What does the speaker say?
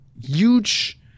huge